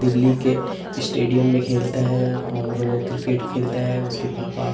दिल्ली के स्टेडियम में खेलता है और वह क्रिकेट खेलता है उसके पापा